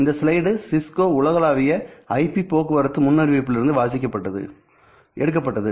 இந்த slide Cisco உலகளாவிய IP போக்குவரத்து முன்னறிவிப்பிலிருந்து எடுக்கப்பட்டது